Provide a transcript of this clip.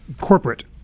corporate